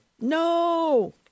no